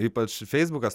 ypač feisbukas